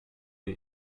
der